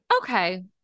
Okay